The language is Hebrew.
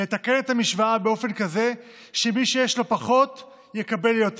לתקן את המשוואה באופן כזה שמי שיש לו פחות יקבל יותר,